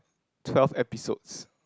twelve episodes